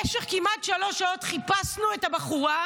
במשך כמעט שלוש שעות חיפשנו את הבחורה,